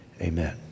amen